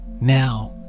Now